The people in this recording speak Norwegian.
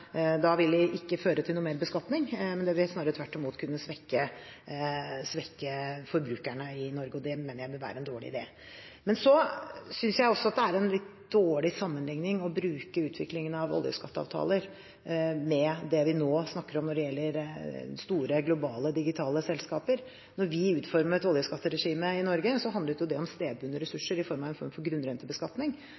vil ikke føre til mer beskatning. Det vil snarere tvert imot kunne svekke forbrukerne i Norge, og det mener jeg vil være en dårlig idé. Jeg synes det er en litt dårlig sammenlikning å sammenlikne utviklingen av oljeskatteavtaler med det vi nå snakker om – store globale og digitale selskaper. Da vi utformet oljeskatteregimet i Norge, handlet det om stedbundne ressurser i form av en form for grunnrentebeskatning, som er noe ganske annet enn det